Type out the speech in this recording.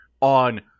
on